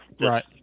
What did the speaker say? Right